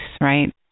right